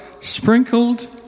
sprinkled